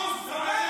טוב.